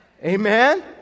Amen